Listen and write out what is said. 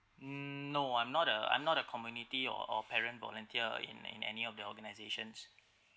mm no I'm not a I'm not a community or or parent volunteer in in any of the organisations